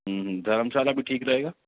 ہوں ہوں دھرم شالہ بھی ٹھیک رہے گا